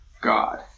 God